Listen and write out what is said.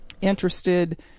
interested